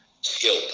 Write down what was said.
skill